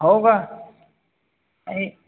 हो का नाही